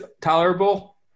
tolerable